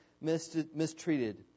mistreated